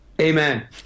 Amen